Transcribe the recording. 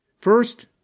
First